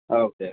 औ दे